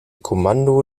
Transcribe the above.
kommando